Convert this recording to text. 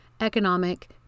economic